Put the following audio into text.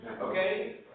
Okay